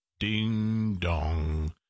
Ding-dong